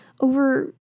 over